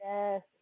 Yes